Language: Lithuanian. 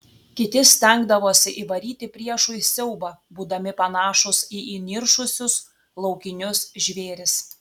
kiti stengdavosi įvaryti priešui siaubą būdami panašūs į įniršusius laukinius žvėris